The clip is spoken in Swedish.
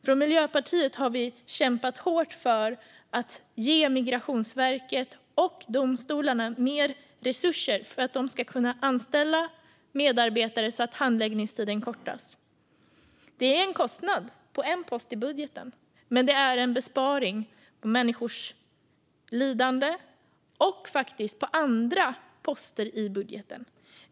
Vi i Miljöpartiet har kämpat hårt för att ge Migrationsverket och domstolarna mer resurser för att de ska kunna anställa medarbetare så att handläggningstiderna kan kortas. Det är en kostnad på en post i budgeten, men det är en besparing på människors lidande och faktiskt på andra poster i budgeten.